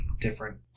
different